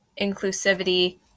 inclusivity